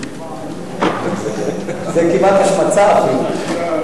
זה כמעט השמצה אפילו.